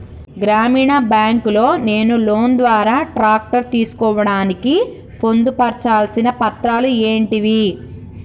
గ్రామీణ బ్యాంక్ లో నేను లోన్ ద్వారా ట్రాక్టర్ తీసుకోవడానికి పొందు పర్చాల్సిన పత్రాలు ఏంటివి?